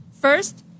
First